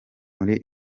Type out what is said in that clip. muri